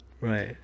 Right